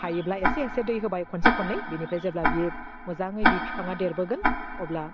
हायोब्ला एसे एसे दै होबाय खनसे खननै बिनिफ्राय जेब्ला बियो मोजाङै बि फिफांआ देरबोगोन अब्ला